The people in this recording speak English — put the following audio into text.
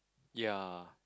ya